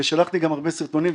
ושלחתי גם הרבה סרטונים,